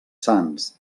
sants